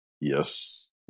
Yes